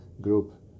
group